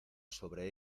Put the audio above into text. sobre